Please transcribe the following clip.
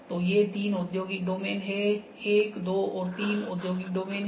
तो ये तीन औद्योगिक डोमेन हैं 1 2 और 3 तीन औद्योगिक डोमेन हैं